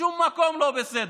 בשום מקום לא בסדר,